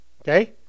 Okay